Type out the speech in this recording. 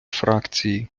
фракції